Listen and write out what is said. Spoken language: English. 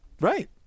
Right